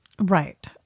Right